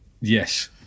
Yes